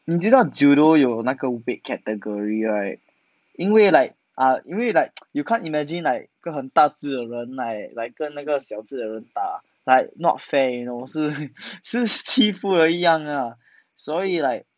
你知道 judo 有那个 weight cat~ category right 因为 like ah 因为 like you can't imagine like 跟很大只的人 like like 跟那个小只的人打 like not fair you know 是 是欺负的一样啊所以 like